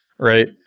right